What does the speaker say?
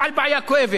של מס רכוש.